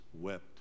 wept